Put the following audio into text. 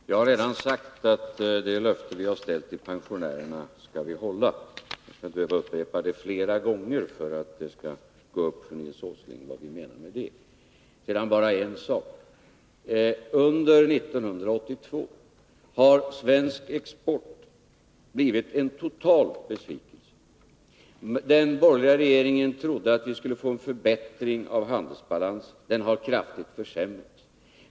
Herr talman! Jag har redan sagt att det löfte vi har ställt ut till pensionärerna skall vi hålla. Jag skall inte behöva upprepa det flera gånger för att det skall gå upp för Nils Åsling vad vi menar med detta. Sedan bara en sak. Under 1982 har svensk export blivit en total besvikelse. Den borgerliga regeringen trodde att vi skulle få en förbättring av handelsbalansen. Den har kraftigt försämrats.